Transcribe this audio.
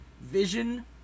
Vision